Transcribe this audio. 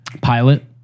Pilot